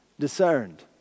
discerned